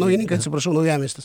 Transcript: naujininkai atsiprašau naujamiestis